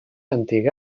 antiga